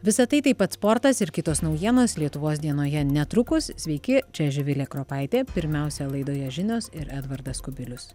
visa tai taip pat sportas ir kitos naujienos lietuvos dienoje netrukus sveiki čia živilė kropaitė pirmiausia laidoje žinios ir edvardas kubilius